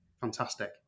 fantastic